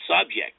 subject